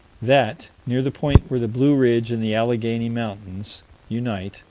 that, near the point where the blue ridge and the allegheny mountains unite,